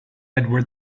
edward